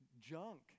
junk